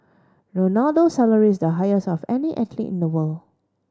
Ronaldo's salary is the highest of any athlete in the world